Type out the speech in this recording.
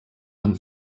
amb